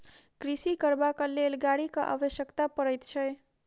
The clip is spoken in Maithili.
कृषि करबाक लेल गाड़ीक आवश्यकता पड़ैत छै